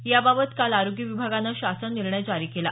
याबाबत काल आरोग्य विभागानं शासन निर्णय जारी केला